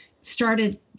started